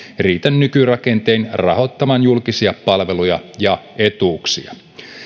riitä nykyrakenteella rahoittamaan julkisia palveluja ja etuuksia